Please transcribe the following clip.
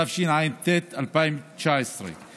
התשע"ט 2019,